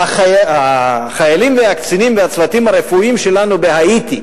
כשהחיילים והקצינים והצוותים הרפואיים שלנו בהאיטי